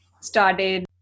started